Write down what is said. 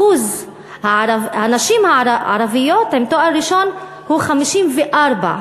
אחוז הנשים הערביות עם תואר ראשון הוא 54%,